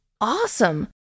awesome